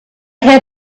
had